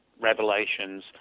revelations